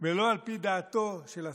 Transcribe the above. ולא על פי דעתו של השר.